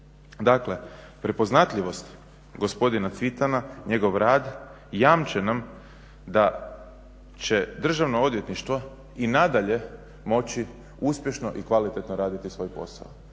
Dakle, prepoznatljivost gospodina Cvitana, njegov rad jamče nam da će Državno odvjetništvo i nadalje moći uspješno i kvalitetno raditi svoj posao.